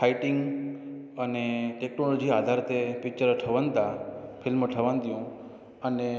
fighting अने technology जे आधार ते पिक्चर ठहण था फिल्म ठहण थियूं अने